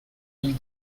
mille